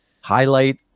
highlight